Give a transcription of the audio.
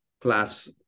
plus